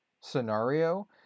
scenario